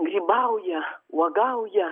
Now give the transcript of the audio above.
grybauja uogauja